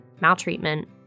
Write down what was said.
maltreatment